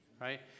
right